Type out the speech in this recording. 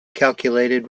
calculated